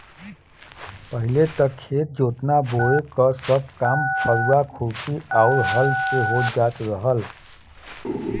पहिले त खेत जोतना बोये क सब काम फरुहा, खुरपी आउर हल से हो जात रहल